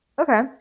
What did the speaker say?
Okay